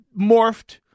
morphed